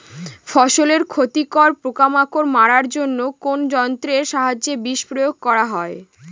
ফসলের ক্ষতিকর পোকামাকড় মারার জন্য কোন যন্ত্রের সাহায্যে বিষ প্রয়োগ করা হয়?